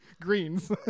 Greens